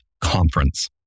Conference